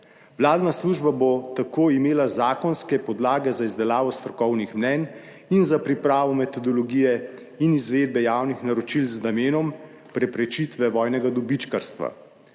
Vladna služba bo tako imela zakonske podlage za izdelavo strokovnih mnenj in za pripravo metodologije in izvedbe javnih naročil z namenom preprečitve vojnega dobičkarstva.